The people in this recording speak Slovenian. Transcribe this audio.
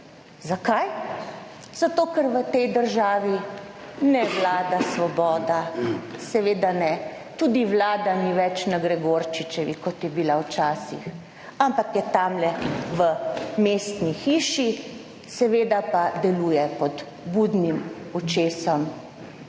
Zakaj? Zato, ker v tej državi ne vlada svoboda, seveda ne, tudi Vlada ni več na Gregorčičevi, kot je bila včasih, ampak je tamle v mestni hiši, seveda pa deluje pod budnim očesom